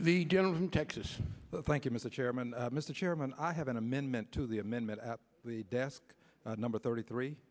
the general from texas thank you mr chairman mr chairman i have an amendment to the amendment at the desk number thirty three